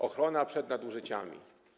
Ochrona przed nadużyciami.